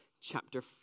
chapter